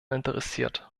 interessiert